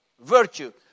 virtue